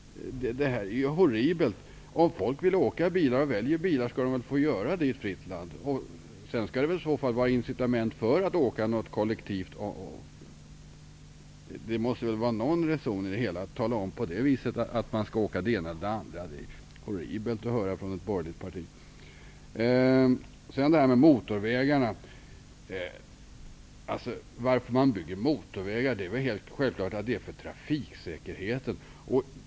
Det är horribelt. Om folk vill åka bil och väljer det skall de väl få göra det i ett fritt land. Sedan skall det i så fall finnas incitament för att åka kollektivt. Det måste väl vara någon rim och reson i det hela. Det är horribelt att höra från ett borgerligt parti att man skall tala om för folk hur de skall åka. Det är väl självklart att det är ur trafiksäkerhetssynpunkt som man bygger motorvägar.